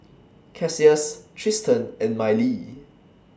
Cassius Tristen and Mylie